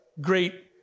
great